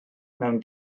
mewn